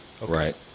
Right